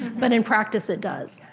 but in practice, it does.